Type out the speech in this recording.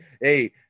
hey